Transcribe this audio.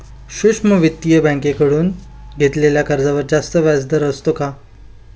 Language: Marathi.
सूक्ष्म वित्तीय बँकेकडून घेतलेल्या कर्जावर जास्त व्याजदर असतो का?